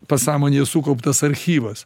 pasąmonėje sukauptas archyvas